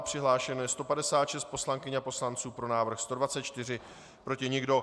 Přihlášeno je 156 poslankyň a poslanců, pro návrh 124, proti nikdo.